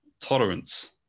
tolerance